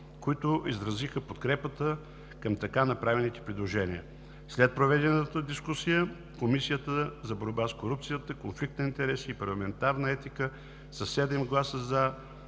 които изразиха подкрепа към така направените предложения. След проведената дискусия Комисията за борба с корупцията, конфликт на интереси и парламентарна етика: със 7 гласа